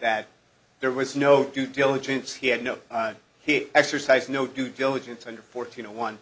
that there was no due diligence he had no he exercised no due diligence under fourteen zero one